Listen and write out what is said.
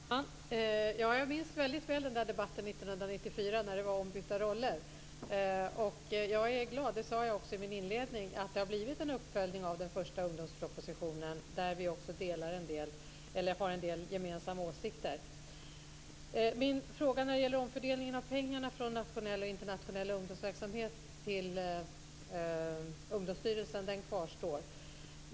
Herr talman! Jag minns väldigt väl debatten 1994 när det var ombytta roller. Jag är glad, det sade jag i min inledning, att det har blivit en uppföljning av den första ungdomspropositionen, där vi har en del gemensamma åsikter. Min fråga när det gäller omfördelningen av pengarna från nationella och internationella ungdomsverksamheter till Ungdomsstyrelsen kvarstår.